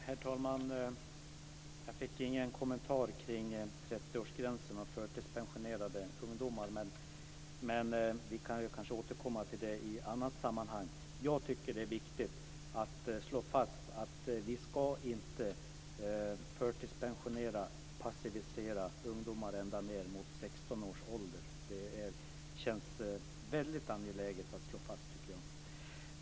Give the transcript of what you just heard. Herr talman! Jag fick inte någon kommentar till frågan om en 30-årsgräns för förtidspensionering av ungdomar, men vi kan kanske återkomma till det i annat sammanhang. Jag tycker att det är viktigt att slå fast att vi inte ska förtidspensionera och passivisera ungdomar ända ned mot 16 års ålder. Jag tycker att det känns väldigt angeläget att slå fast detta.